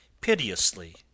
piteously